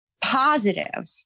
positive